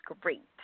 great